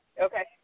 Okay